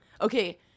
Okay